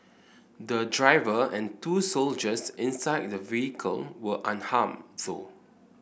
the driver and two soldiers inside the vehicle were unharmed though